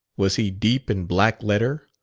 was he deep in black-letter,